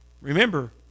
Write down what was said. Remember